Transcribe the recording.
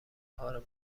کار